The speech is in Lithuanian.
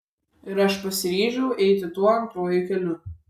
ir aš pasiryžau eiti tuo antruoju keliu